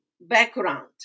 background